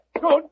Good